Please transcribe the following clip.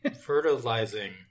fertilizing